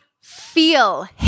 feel